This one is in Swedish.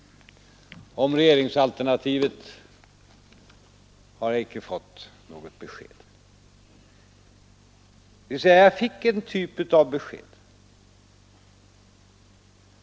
Om regeringsalternativet har jag icke fått något besked — dvs. jag fick en typ av besked.